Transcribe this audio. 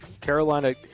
Carolina